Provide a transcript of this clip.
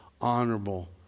honorable